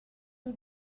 you